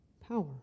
power